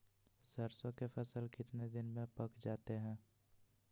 सरसों के फसल कितने दिन में पक जाते है?